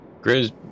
Grizz